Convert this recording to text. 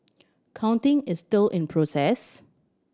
counting is still in process